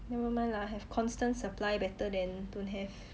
nevermind lah have constant supply better than don't have